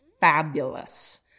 fabulous